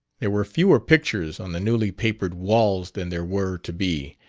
there were fewer pictures on the newly-papered walls than there were to be,